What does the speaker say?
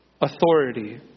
authority